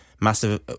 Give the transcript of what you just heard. massive